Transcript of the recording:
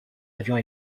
avions